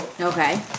Okay